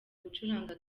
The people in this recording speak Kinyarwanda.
gucuranga